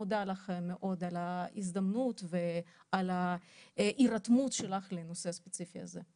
מודה לך על ההזדמנות ועל הירתמות שלך לנושא הספציפי הזה.